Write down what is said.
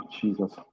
Jesus